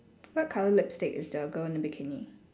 what colour lipstick is the girl in the bikini